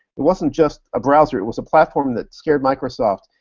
it wasn't just a browser, it was a platform that scared microsoft.